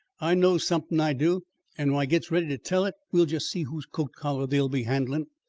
i knows somethin', i do and when i gets ready to tell it, we'll just see whose coat-collar they'll be handlin'.